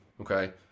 okay